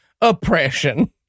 oppression